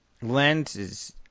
lenses